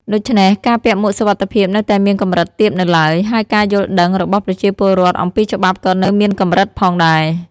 ដូច្នេះ ការពាក់មួកសុវត្ថិភាពនៅតែមានកម្រិតទាបនៅឡើយ ហើយការយល់ដឹងរបស់ប្រជាពលរដ្ឋអំពីច្បាប់ក៏នៅមានកម្រិតផងដែរ។